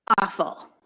awful